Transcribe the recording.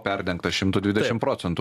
perdengta šimtu dvidešimt procentų